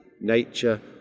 nature